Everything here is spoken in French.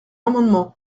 amendement